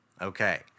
Okay